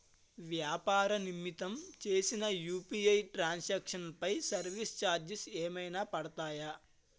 వ్యాపార నిమిత్తం చేసిన యు.పి.ఐ ట్రాన్ సాంక్షన్ పై సర్వీస్ చార్జెస్ ఏమైనా పడతాయా?